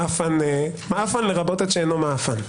"מעאפן" לרבות את שאינו "מעאפן".